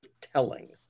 telling